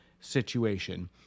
situation